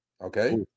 okay